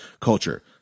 culture